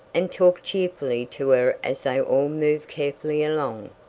and talked cheerfully to her as they all moved carefully along.